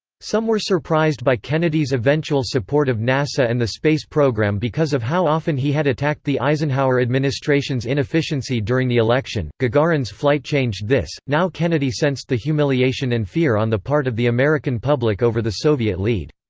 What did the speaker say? some were surprised by kennedy's eventual support of nasa and the space program because of how often he had attacked the eisenhower administration's inefficiency during the election gagarin's flight changed this now kennedy sensed the humiliation and fear on the part of the american public over the soviet lead.